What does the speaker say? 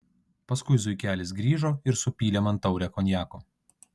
paskui zuikelis grįžo ir supylė man taurę konjako